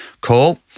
call